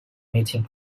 meeting